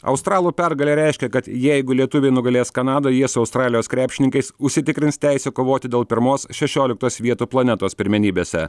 australų pergalė reiškia kad jeigu lietuviai nugalės kanadą jie su australijos krepšininkais užsitikrins teisę kovoti dėl pirmos šešioliktos vietų planetos pirmenybėse